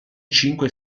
cinque